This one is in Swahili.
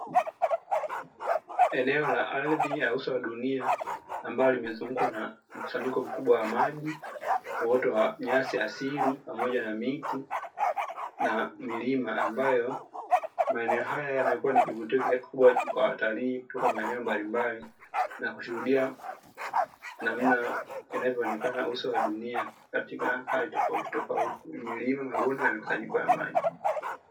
Eneo la ardhi ya uso wa dunia ambalo limezungukwa na mkusanyiko mkubwa wa maji, uoto wa nyasi asili pamoja na miti na milima ambayo maeneo haya yamekuwa ni kivutio kikubwa kwa watalii kutoka maeneo mbalimbali; na kushuhudia namna inavyoonekana uso wa dunia katika hali tofautitofauti yenye milima, mabonde na mkusanyiko wa maji.